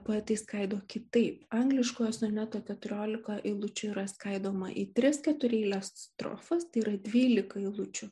poetai skaido kitaip angliškojo soneto keturiolika eilučių yra skaidoma į tris ketureiles strofas tai yra dvylika eilučių